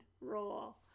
roll